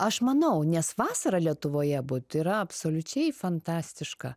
aš manau nes vasarą lietuvoje būt yra absoliučiai fantastiška